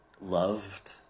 loved